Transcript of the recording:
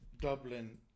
Dublin